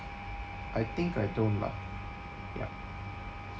I think I don't lah ya